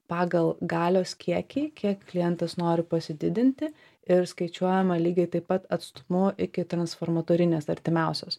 pagal galios kiekį kiek klientas nori pasididinti ir skaičiuojama lygiai taip pat atstumu iki transformatorinės artimiausios